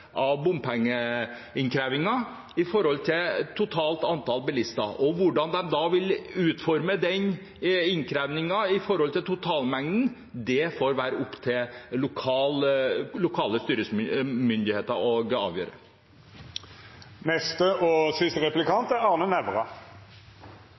av bompengeinnkrevingen i forhold til det totale antallet bilister. Hvordan de da vil utforme innkrevingen i forhold til totalmengden, får være opp til lokale myndigheter å avgjøre. Venstre skal ha ros for to uttalte grønne holdninger i det siste.